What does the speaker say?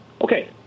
Okay